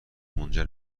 منجر